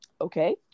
okay